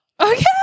Okay